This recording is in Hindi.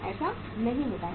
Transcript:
ऐसा नहीं होता है